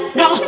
no